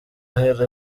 ahera